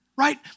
Right